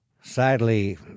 Sadly